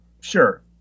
sure